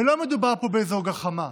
ולא מדובר פה באיזו גחמה.